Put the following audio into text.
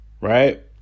right